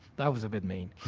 that was a bit mean.